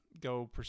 go